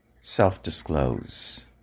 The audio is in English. self-disclose